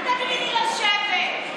אל תגידי לי לשבת.